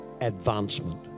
advancement